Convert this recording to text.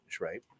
Right